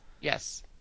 Yes